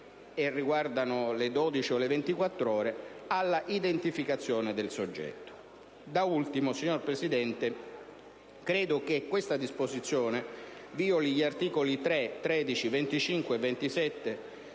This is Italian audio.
funzionali in via esclusiva alla identificazione del soggetto. Da ultimo, signor Presidente, credo che questa disposizione violi gli articoli 3, 13, 25 e 27